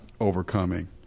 overcoming